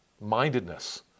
mindedness